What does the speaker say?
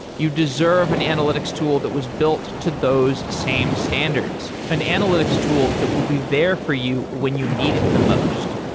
you deserve an analytics tool that was built to those same standards, an analytics tool that will be there for you when you needed the most.